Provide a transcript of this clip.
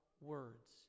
words